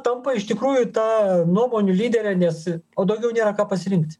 tampa iš tikrųjų ta nuomonių lydere nes o daugiau nėra ką pasirinkti